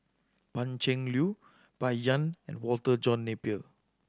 Pan Cheng Lui Bai Yan and Walter John Napier